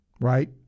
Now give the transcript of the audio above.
right